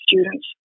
students